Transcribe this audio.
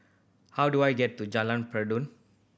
how do I get to Jalan Peradun